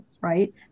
right